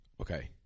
Okay